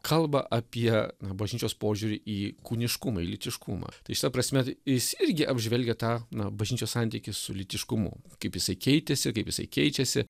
kalba apie na bažnyčios požiūrį į kūniškumą į lytiškumą tai šita prasme jis irgi apžvelgia tą na bažnyčios santykį su lytiškumu kaip jisai keitėsi kaip jisai keičiasi